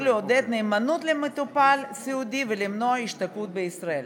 לעודד נאמנות למטופל סיעודי ולמנוע השתקעות בישראל.